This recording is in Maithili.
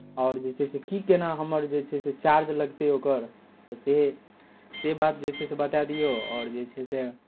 आओर जे छै से की केना हमर जे छै से चार्ज लगतै ओकर तऽ से से बात जे छै से बताए दियौ आओर जे छै से